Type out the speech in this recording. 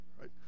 Right